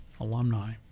alumni